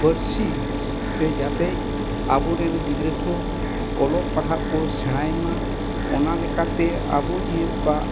ᱯᱟᱹᱨᱥᱤ ᱛᱮ ᱡᱟᱛᱮ ᱟᱵᱚᱨᱮᱱ ᱜᱤᱫᱽᱨᱟᱹ ᱠᱚ ᱚᱞᱚᱜ ᱯᱟᱲᱦᱟᱜ ᱠᱚ ᱥᱮᱬᱟᱭ ᱢᱟ ᱚᱱᱟ ᱞᱮᱠᱟᱛᱮ ᱟᱵᱚ ᱡᱮ ᱚᱠᱟ